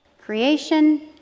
Creation